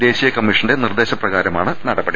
ദേശീയ കമ്മീഷന്റെ നിർദേശ പ്രകാ രമാണ് നടപടി